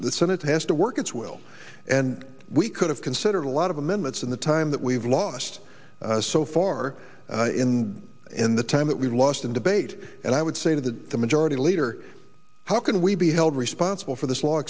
the senate has to work its will and we could have considered a lot of amendments in the time that we've lost so far in in the time that we lost in debate and i would say that the majority leader how can we be held responsible for this l